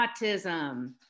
autism